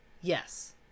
Yes